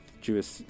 Jewish